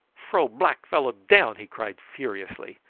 fro black fellow down, he cried furiously.